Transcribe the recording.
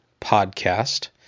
Podcast